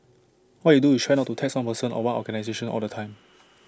what you do is try not to tax one person or one organisation all the time